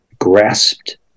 grasped